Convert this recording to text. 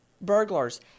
burglars